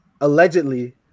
allegedly